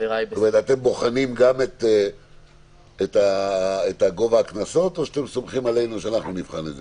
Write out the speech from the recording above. אתם בוחנים גם את גובה הקנסות או שאתם סומכים עלינו שאנחנו נבחן את זה?